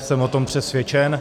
Jsem o tom přesvědčen.